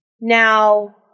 Now